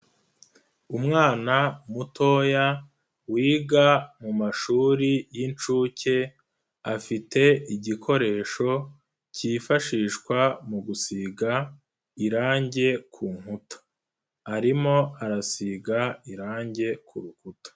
Umwana mutoya wiga mu mashuri y'incuke, afite igikoresho cyifashishwa mu gusiga irangi ku nkuta, arimo arasiga irangi ku rukuta.